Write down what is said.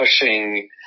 pushing